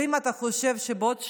ואם אתה חושב שבעוד שלושה,